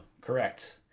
Correct